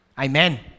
amen